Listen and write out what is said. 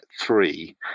three